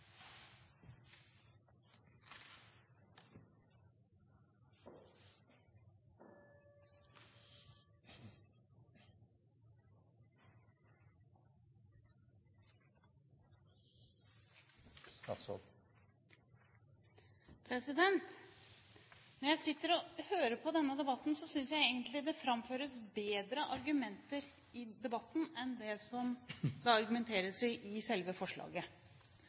Når jeg sitter og hører på denne debatten, synes jeg egentlig det framføres bedre argumenter enn det argumenteres for i selve forslaget. Til argumentet om at noen som har strøket i